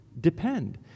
depend